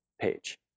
page